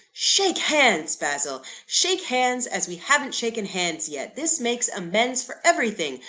shake hands, basil! shake hands, as we haven't shaken hands yet this makes amends for everything!